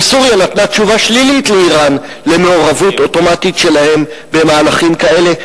שסוריה נתנה תשובה שלילית לאירן למעורבות אוטומטית שלהם במהלכים כאלה.